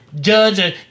judge